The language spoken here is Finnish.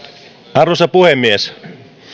arvoisa puhemies